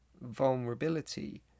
vulnerability